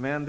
Men